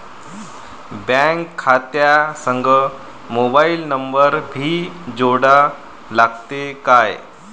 Bank खात्या संग mobile number भी जोडा लागते काय?